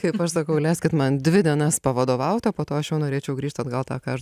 kaip aš sakau leiskit man dvi dienas pavadovaut o po to aš jau norėčiau grįžt atgal tą ką aš